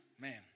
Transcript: Man